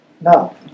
Now